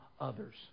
others